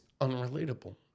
unrelatable